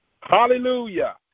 Hallelujah